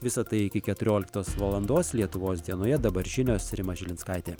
visa tai iki keturioliktos valandos lietuvos dienoje dabar žinios rima žilinskaitė